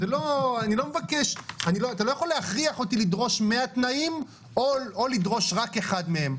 אתה לא יכול להכריח אותי לדרוש 100 תנאים או לדרוש רק אחד מהם,